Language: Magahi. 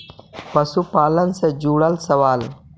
पशुपालन से जुड़ल सवाल?